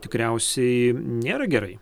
tikriausiai nėra gerai